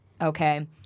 okay